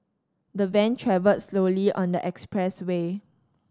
the van travelled slowly on the expressway